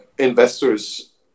investors